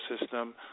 system